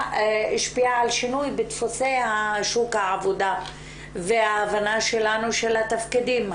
והשפיעה על שינוי בדפוסי שוק העבודה וההבנה שלנו של התפקידים.